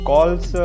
Calls